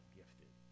gifted